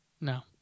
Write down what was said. No